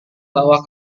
bahwa